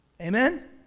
Amen